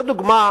זו דוגמה